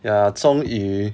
ya 终于